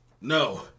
No